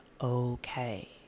okay